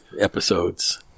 episodes